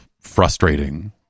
frustrating